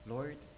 Lord